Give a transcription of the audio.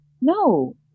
No